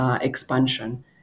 expansion